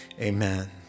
amen